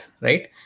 right